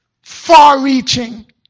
far-reaching